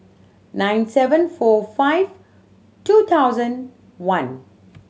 nine seven four five two thousand one